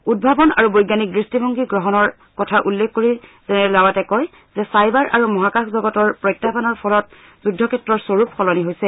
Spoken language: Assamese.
উদ্ভাৱন আৰু বৈজ্ঞানিক দৃষ্টিভংগী গ্ৰহণৰ কথা উল্লেখ কৰি জেনেৰেল ৰাৱাটে কয় যে চাইবাৰ আৰু মহাকাশ জগতৰ প্ৰত্যাহবানৰ ফলত যুদ্ধক্ষেত্ৰৰ স্বৰূপ সলনি হৈছে